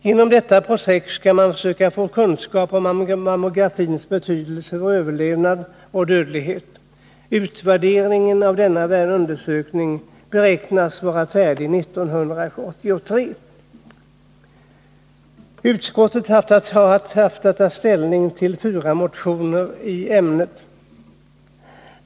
Genom detta projekt skall man söka få kunskap om mammografins betydelse för överlevnad och dödlighet. Utvärderingen av denna undersökning beräknas vara färdig 1983. Utskottet har haft att ta ställning till fyra motioner i ämnet.